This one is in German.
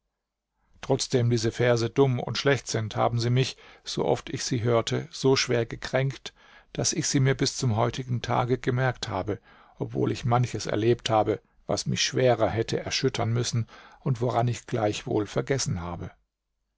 trotzdem diese verse dumm und schlecht sind haben sie mich so oft ich sie hörte so schwer gekränkt daß ich sie mir bis zum heutigen tage gemerkt habe obwohl ich manches erlebt habe was mich schwerer hätte erschüttern müssen und woran ich gleichwohl vergessen habe